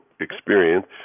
experience